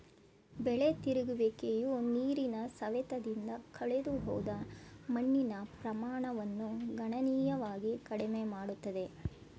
ಬೆಳೆ ತಿರುಗುವಿಕೆಯು ನೀರಿನ ಸವೆತದಿಂದ ಕಳೆದುಹೋದ ಮಣ್ಣಿನ ಪ್ರಮಾಣವನ್ನು ಗಣನೀಯವಾಗಿ ಕಡಿಮೆ ಮಾಡುತ್ತದೆ